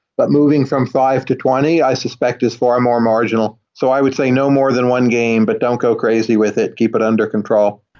but moving from five to twenty i suspect is far more marginal. so i would say no more than one game, but don't go crazy with it. keep it under control.